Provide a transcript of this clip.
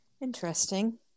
Interesting